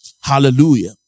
hallelujah